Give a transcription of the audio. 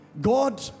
God